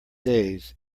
days